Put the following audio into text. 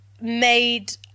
made